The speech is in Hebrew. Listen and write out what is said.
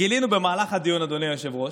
גילינו במהלך הדיון, אדוני היושב-ראש,